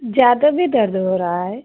ज़्यादा भी दर्द हो रहा है